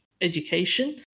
Education